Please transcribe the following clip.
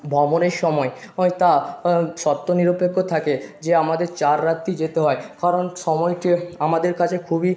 ভ্রমণের সময় হয় তা শর্তনিরপেক্ষ থাকে যে আমাদের চার রাত্রি যেতে হয় কারণ সময়টা আমাদের কাছে খুবই